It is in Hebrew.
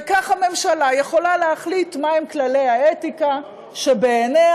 וכך הממשלה יכולה להחליט מה הם כללי האתיקה שבעיניה